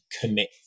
commit